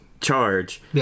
charge